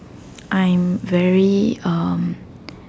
I'm very um